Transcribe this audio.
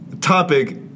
topic